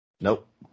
Nope